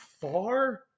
far